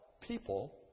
people